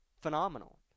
phenomenal